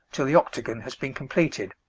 till the octagon has been completed.